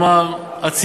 אבל מה המציאות?